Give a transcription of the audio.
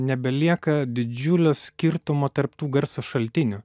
nebelieka didžiulio skirtumo tarp tų garso šaltinių